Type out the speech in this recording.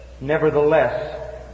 Nevertheless